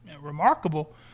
remarkable